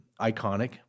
iconic